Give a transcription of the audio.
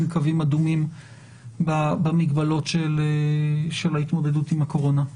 קווים אדומים במגבלות של ההתמודדות עם הקורונה.